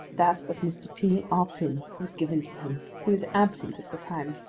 that of mr. p. arpin was given to him, who was absent at the time.